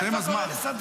הסתיים הזמן.